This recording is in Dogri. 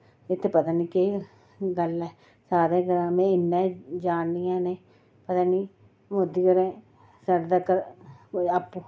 इत्थै पता निं केह् गल्ल ऐ सारे ग्रांऽ में इन्ना जाननी ऐं इ'नेंगी पता निं मोदी होरें साढ़े तगर आपूं